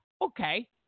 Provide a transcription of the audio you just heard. okay